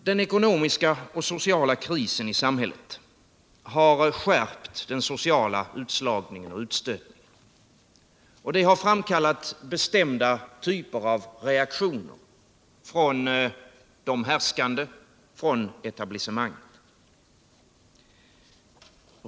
Den ekonomiska och sociala krisen i samhället har skärpt den sociala utslagningen och utstötningen. Detta har framkallat bestämda typer av reaktioner från de härskande, från etablissemanget.